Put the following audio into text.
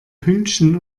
pünktchen